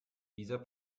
dieser